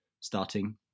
starting